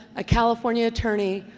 a california attorney,